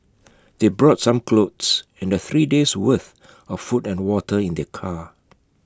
they brought some clothes and the three days' worth of food and water in their car